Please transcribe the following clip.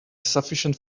sufficient